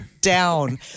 down